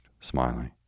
smiling